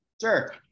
Sure